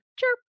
chirp